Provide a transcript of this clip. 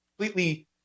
completely